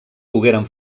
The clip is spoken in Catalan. pogueren